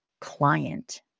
client